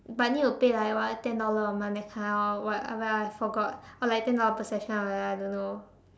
but need to pay like what ten dollar a month that kind or what I forgot or like ten dollar per session or like that I don't know